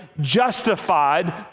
justified